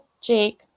Jake